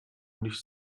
nicht